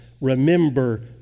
remember